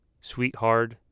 sweetheart